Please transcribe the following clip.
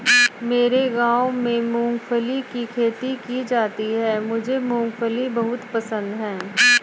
मेरे गांव में मूंगफली की खेती की जाती है मुझे मूंगफली बहुत पसंद है